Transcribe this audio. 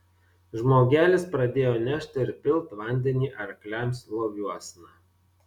žmogelis pradėjo nešt ir pilt vandenį arkliams loviuosna